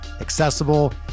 accessible